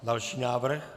Další návrh.